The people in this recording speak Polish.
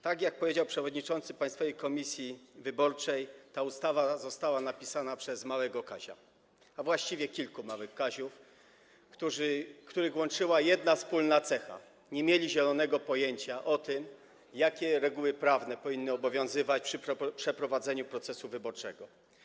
Tak jak powiedział przewodniczący Państwowej Komisji Wyborczej, ta ustawa została napisana przez małego Kazia, a właściwie kilku małych Kaziów, których łączyła jedna wspólna cecha - nie mieli zielonego pojęcia o tym, jakie reguły prawne powinny obowiązywać przy przeprowadzaniu procesu wyborczego.